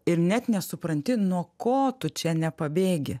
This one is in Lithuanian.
ir net nesupranti nuo ko tu čia nepabėgi